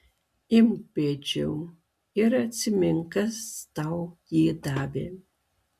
imk bėdžiau ir atsimink kas tau jį davė